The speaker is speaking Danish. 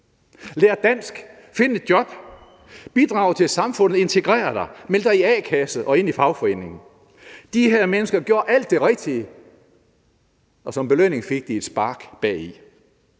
Lær dansk, find et job, bidrag til samfundet, integrer dig, meld dig i a-kasse og ind i fagforeningen. De her mennesker gjorde alt det rigtige, og som belønning fik de et spark bagi.